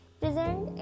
present